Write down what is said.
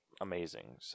amazing